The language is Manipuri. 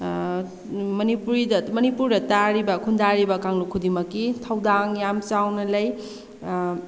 ꯃꯅꯤꯄꯨꯔꯗ ꯇꯥꯔꯤꯕ ꯈꯨꯟꯗꯥꯔꯤꯕ ꯀꯥꯡꯂꯨꯞ ꯈꯨꯗꯤꯡꯃꯛꯀꯤ ꯊꯧꯗꯥꯡ ꯌꯥꯝ ꯆꯥꯎꯅ ꯂꯩ